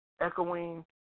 echoing